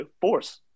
force